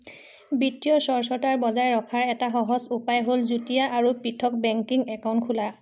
বিত্তীয় স্বচ্ছতা বজাই ৰখাৰ এটা সহজ উপায় হ'ল যুটীয়া আৰু পৃথক বেংকিং একাউণ্ট খোলা